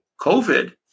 COVID